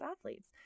athletes